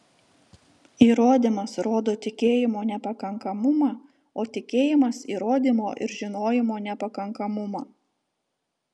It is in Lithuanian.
įrodymas rodo tikėjimo nepakankamumą o tikėjimas įrodymo ir žinojimo nepakankamumą